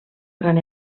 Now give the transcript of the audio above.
gran